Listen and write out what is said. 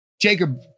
Jacob